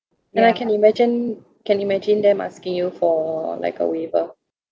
ya can imagine can imagine them asking you for like a waiver